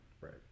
Right